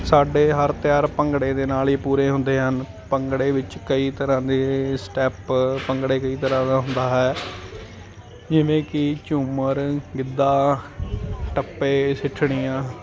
ਸਾਡੇ ਹਰ ਤਿਉਹਾਰ ਭੰਗੜੇ ਦੇ ਨਾਲ ਹੀ ਪੂਰੇ ਹੁੰਦੇ ਹਨ ਭੰਗੜੇ ਵਿੱਚ ਕਈ ਤਰ੍ਹਾਂ ਦੇ ਸਟੈਪ ਭੰਗੜੇ ਕਈ ਤਰ੍ਹਾਂ ਦਾ ਹੁੰਦਾ ਹੈ ਜਿਵੇਂ ਕਿ ਝੂਮਰ ਗਿੱਧਾ ਟੱਪੇ ਸਿੱਠਣੀਆਂ